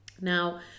Now